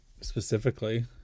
specifically